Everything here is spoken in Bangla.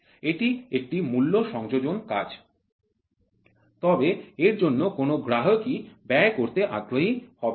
এটি একটি মূল্য সংযোজন কাজ তবে এর জন্য কোন গ্রাহকই ব্যয় করতে আগ্রহী হবে না